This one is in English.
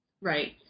Right